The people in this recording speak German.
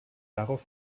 darauf